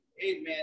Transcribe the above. amen